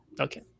okay